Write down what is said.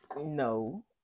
No